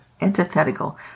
antithetical